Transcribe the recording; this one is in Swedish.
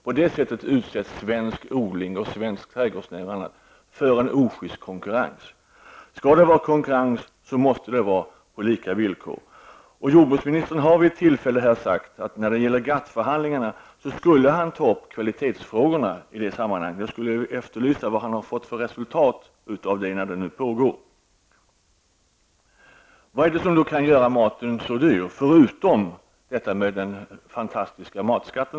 På det sättet utsätts svensk odling och svensk trädgårdsnäring för en ojust konkurrens. Skall det vara konkurrens måste den ske på lika villkor. Jordbruksministern har vid ett tillfälle sagt att han i GATT-förhandlingarna skulle ta upp kvalitetsfrågorna till diskussion. Jag ser fram mot resultatet av dessa förhandlingar. Vad är det då som gör maten så dyr förutom denna fantastiska matskatt?